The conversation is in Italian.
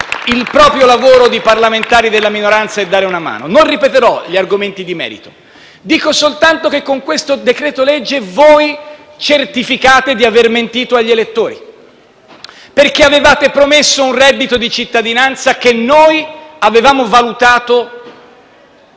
il proprio lavoro di parlamentari della minoranza e dare una mano. Non ripeterò gli argomenti di merito. Dico soltanto che, con questo decreto-legge, voi certificate di aver mentito agli elettori, perché avevate promesso un reddito di cittadinanza che noi avevamo valutato